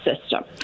system